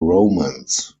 romans